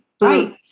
right